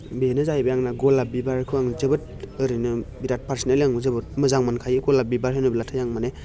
बेनो जाहैबाय आंना गलाफ बिबारखौ आं जोबोद ओरैनो बिराद पार्सनेलि जोबोद मोजां मोनखायो गलाफ बिबार होनोब्लाथाय आं माने